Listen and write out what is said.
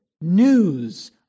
news